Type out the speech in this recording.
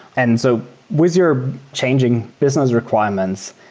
and so with your changing business requirements,